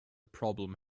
problem